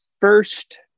first